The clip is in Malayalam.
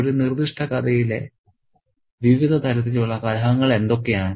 ഒരു നിർദ്ദിഷ്ട കഥയിലെ വിവിധ തരത്തിലുള്ള കലഹങ്ങൾ എന്തൊക്കെയാണ്